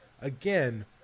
again